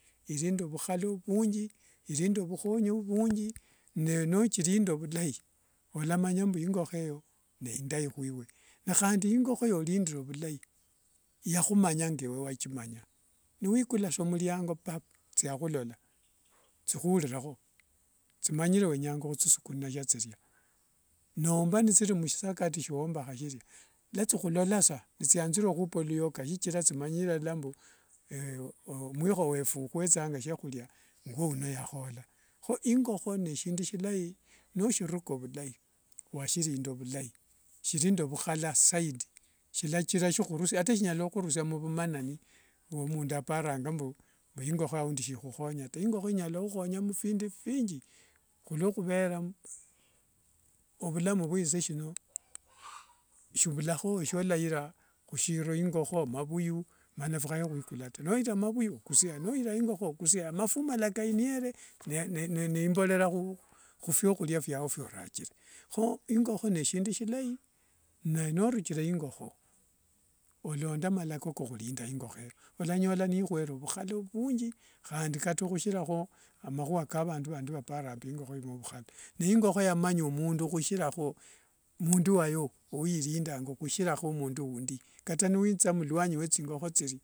Ilinende ovukhala minji ilinende vuhonyi vungi ne nothilinda vulai walamanya mbu engokho heyo nendei hwiwe nihendi ingokho yiwalinda vulai yahumanya ngewe wathimanya. Niwekulasa muliango papu! Thiahulola, thihulirekho thimanyire wenya huthisukunira siethiria, nomba nithiri msisakati siowambakha siria lathihulolasa nithiathire hupa luoka sithira thimanyire lala mbu omwiho wefu uhuethanga shiahulia nguono yakhola. Ho engokho neshindu shilai noshiruka vhulai washilinda vhulai shili nende ovukhala saidi silathira shihurusie ata shilanya uhurusia muvumanani vwa mundu aparanga mbu mbu ingokho aundi sihonyanga ta, ingokho inyala uhuhonya mu phindu vingi huliohuvera ovulamu vya shisasino shiuvulao shiwalaira hushiro ingokho mavuyu manafikhaye huikula ta noira ingokho okusia amavuyu okusia mafumala kainyiere nimborera hufwahulia fwao fworathire, ho engokho neshindu shilai be nurukire engokho olonde malako kokhulinda ingokho heyo olanyola nihwere ovukhala vunji handi kata hushiraho amahua kavandu vandu vaparanga mbu ingokho iuma ovukhala. nengokho yamanyakho mundu hushiraho mundu wayo uilindanga hushiraho mundu wundi kata niwitha muluanyi wechi ngokho thili.